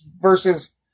versus